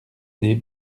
des